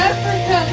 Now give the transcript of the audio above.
Africa